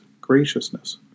graciousness